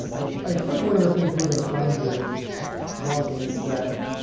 i think one of the things we're gonna find here talking is that,